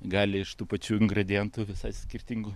gali iš tų pačių ingredientų visai skirtingų